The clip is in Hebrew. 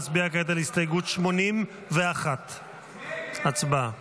נצביע כעת על הסתייגות 81. הצבעה.